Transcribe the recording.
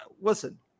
listen